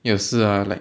有时 ah like